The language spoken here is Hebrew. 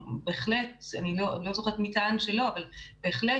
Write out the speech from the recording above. ובהחלט לא זוכרת מי טען שלא אבל בהחלט